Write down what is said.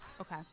Okay